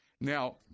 Now